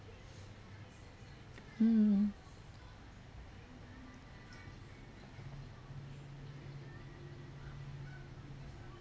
mm